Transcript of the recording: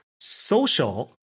social